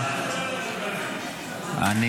אדוני